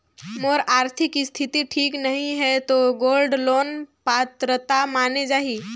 मोर आरथिक स्थिति ठीक नहीं है तो गोल्ड लोन पात्रता माने जाहि?